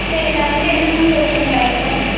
சரி நான் வந்து என்னன்னன்னு சொல்லட்டுங்களா ஐட்டம்